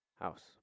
house